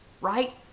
right